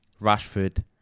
Rashford